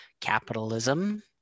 capitalism